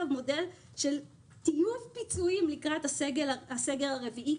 מודל של טיוב פיצויים לקראת הסגר הרביעי,